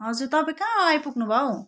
हजुर तपाईँ कहाँ आइपुग्नु भयो हौ